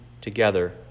together